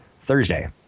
Thursday